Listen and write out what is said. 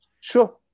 Sure